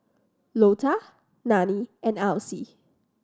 Lota Nanie and Elsie